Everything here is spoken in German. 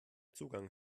zugang